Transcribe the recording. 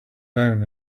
down